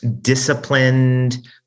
disciplined